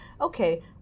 Okay